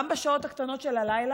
גם בשעות הקטנות של הלילה,